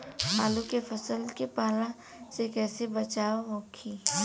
आलू के फसल के पाला से कइसे बचाव होखि?